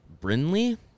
Brinley